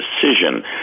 decision